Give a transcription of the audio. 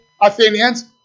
Athenians